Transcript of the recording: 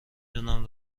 دونم